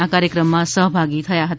આ કાર્યક્રમમાં સહભાગી થયા હતા